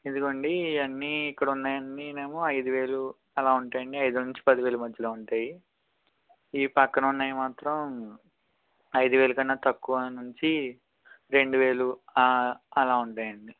ఇదిగోండి ఇవన్నీ ఇక్కడున్నవి అన్నీ నెమో ఐదు వేలు అలా ఉంటాయండి ఐదు నుంచి పది వేలు మధ్యలో ఉంటాయి ఈ పక్కనున్నవి మాత్రం ఐదు వేల కన్నా తక్కువ నుంచి రెండు వేలు ఆ అలా ఉంటాయండి